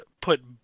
put